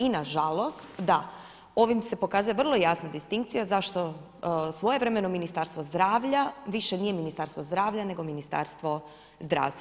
I nažalost da, ovim se pokazuje vrlo jasna distinkcija zašto svojevremeno Ministarstvo zdravlja više nije ministarstvo zdravlja nego Ministarstvo zdravstva.